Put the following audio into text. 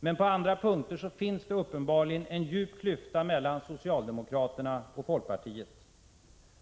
Men på andra punkter finns det uppenbarligen en djup klyfta mellan socialdemokraterna och folkpartiet.